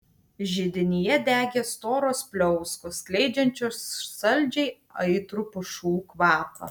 židinyje degė storos pliauskos skleidžiančios saldžiai aitrų pušų kvapą